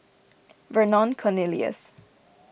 Vernon Cornelius